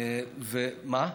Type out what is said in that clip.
זה עומד על כמה?